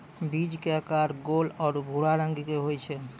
बीज के आकार गोल आरो भूरा रंग के होय छै